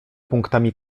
punktami